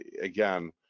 again